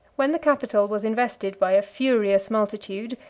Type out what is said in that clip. when the capitol was invested by a furious multitude,